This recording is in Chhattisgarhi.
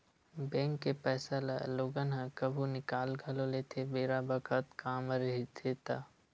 बेंक के पइसा ल लोगन ह कभु निकाल घलो लेथे बेरा बखत काम रहिथे ता